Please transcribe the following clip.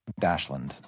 Dashland